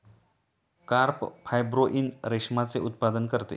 carp fibroin रेशमाचे उत्पादन करते